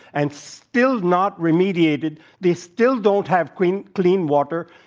and still not remediated they still don't have clean clean water.